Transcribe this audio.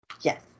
Yes